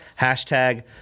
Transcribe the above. Hashtag